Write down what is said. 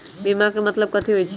बीमा के मतलब कथी होई छई?